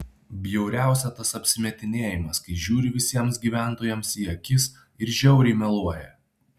bjauriausia tas apsimetinėjimas kai žiūri visiems gyventojams į akis ir žiauriai meluoja